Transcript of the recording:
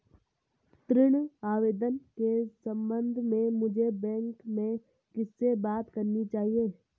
ऋण आवेदन के संबंध में मुझे बैंक में किससे बात करनी चाहिए?